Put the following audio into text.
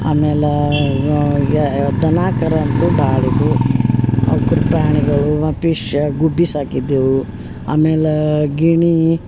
ಆಮೇಲೆ ಈಗ ದನ ಕರ ಅಂತು ಭಾಳ್ ಇದ್ವು ಅವ್ಕರ ಪ್ರಾಣಿಗಳು ಮತ್ತು ಪಿಶ್ ಗುಬ್ಬಿ ಸಾಕಿದ್ದೆವು ಆಮೇಲ ಗಿಣಿ